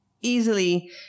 easily